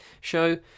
show